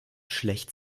schlecht